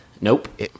Nope